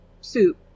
soup